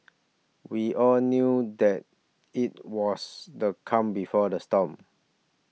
we all knew that it was the calm before the storm